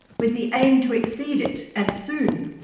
with the aim to exceed it, and soon.